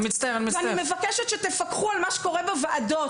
ואני מבקשת שתפקחו על מה שקורה בוועדות.